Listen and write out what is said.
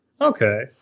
okay